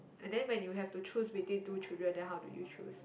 and then when you have to choose between two children then how do you choose